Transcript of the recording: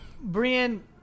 Brian